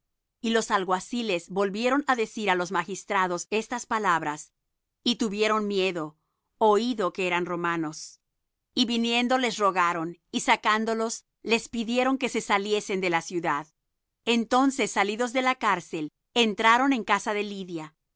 y los alguaciles volvieron á decir á los magistrados estas palabras y tuvieron miedo oído que eran romanos y viniendo les rogaron y sacándolos les pidieron que se saliesen de la ciudad entonces salidos de la cárcel entraron en casa de lidia